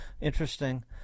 interesting